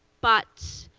but